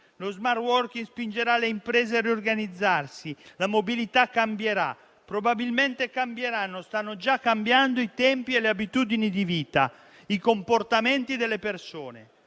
Lo *smart working* spingerà le imprese a riorganizzarsi, la mobilità cambierà; probabilmente cambieranno o stanno già cambiando i tempi e le abitudini di vita, i comportamenti delle persone;